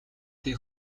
дээ